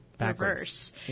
reverse